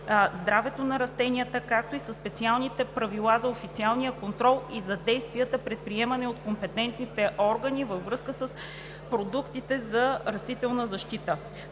здравето на растенията, както и специалните правила за официалния контрол и за действията, предприемани от компетентните органи във връзка с продуктите за растителна защита.